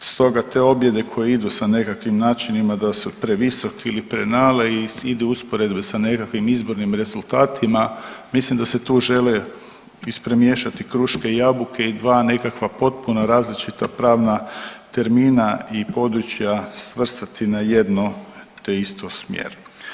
Stoga te objede koje idu sa nekakvim načinima da su previsoki ili prenale i idu usporedbe sa nekakvim izbornim rezultatima, mislim da se tu žele ispremiješati kruške i jabuke i dva nekakva potpuno različita pravna termina i područja svrstati na jedno te isto smjer.